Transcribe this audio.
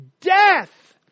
death